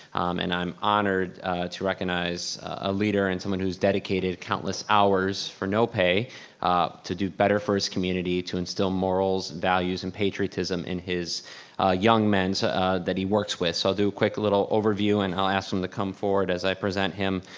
and i'm honored to recognize a leader and someone who's dedicated countless hours for no pay to do better for his community, to instill morals, values, and patriotism in his young men so ah that he works with. so i'll do a quick little overview and i'll ask him to come forward as i present him,